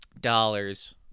dollars